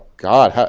god,